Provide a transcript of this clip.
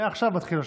עכשיו מתחיל השעון.